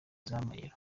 z’amayero